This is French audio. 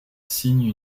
signe